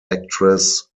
actress